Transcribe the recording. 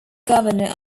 governor